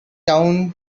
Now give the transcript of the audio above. down